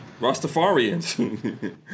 Rastafarians